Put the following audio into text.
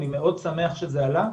אני שמח מאוד שזה עלה,